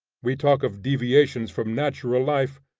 we talk of deviations from natural life,